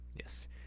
Yes